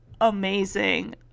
amazing